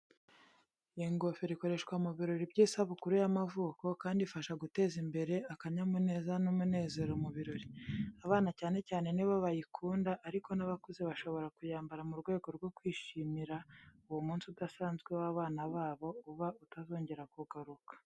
Iyi ngofero ikoreshwa mu birori by’isabukuru y’amavuko, kandi ifasha guteza imbere akanyamuneza n'umunezero mu birori. Abana cyane cyane ni bo bayikunda, ariko n’abakuze bashobora kuyambara mu rwego rwo kwishimira uwo munsi udasanzwe w'abana babo uba utazongera kugaruka.